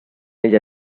ella